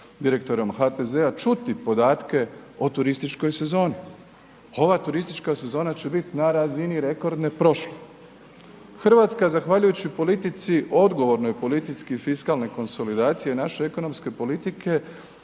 Hrvatska zahvaljujući politici, odgovornoj politici fiskalne konsolidacije naše ekonomske politike